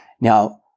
Now